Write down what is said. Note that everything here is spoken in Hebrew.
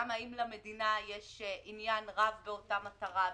גם האם למדינה יש עניין רב באותה מטרה,